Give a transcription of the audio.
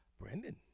Brandon